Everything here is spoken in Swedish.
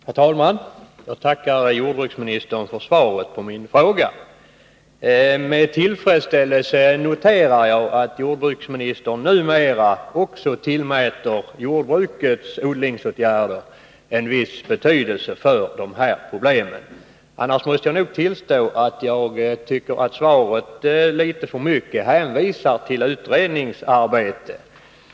Herr talman! Jag tackar jordbruksministern för svaret på min fråga. Med tillfredsställelse noterar jag att jordbruksministern numera också tillmäter jordbrukets odlingsåtgärder en viss betydelse för dessa problem. Annars måste jag nog tillstå att jag tycker att svaret litet för mycket hänvisar till utredningsarbete.